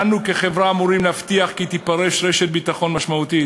אנו כחברה אמורים להבטיח כי תיפרס רשת ביטחון משמעותית.